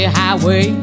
highway